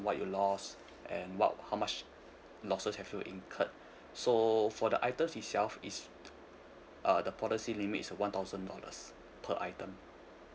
what you lost and what how much losses have you incurred so for the items itself is uh the policy limit is one thousand dollars per item